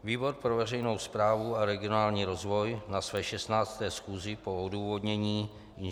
Výbor pro veřejnou správu a regionální rozvoj na své 16. schůzi po odůvodnění Ing.